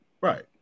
Right